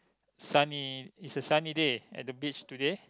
sunny is a sunny day at the beach today